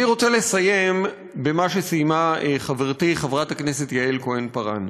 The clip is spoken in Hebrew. אני רוצה לסיים במה שסיימה חברתי חברת הכנסת יעל כהן-פארן,